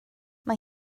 mae